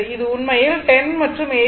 இது உண்மையில் 10 மற்றும் 8